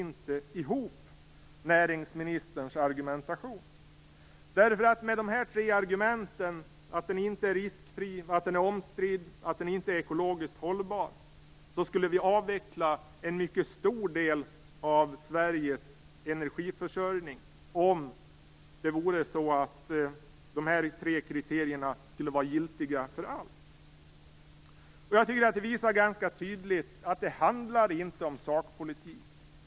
Näringsministerns argumentation hänger inte ihop. Om dessa tre argument - att kärnkraften inte är riskfri, att den är omstridd och att den inte är ekologiskt hållbar - skulle vara giltiga för allt skulle vi avveckla en mycket stor del av Sveriges energiförsörjning. Detta visar ganska tydligt att det inte handlar om sakpolitik.